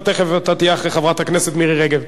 אתה תיכף, אתה תהיה אחרי חברת הכנסת מירי רגב.